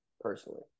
personally